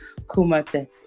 Kumate